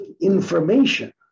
information